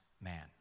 Man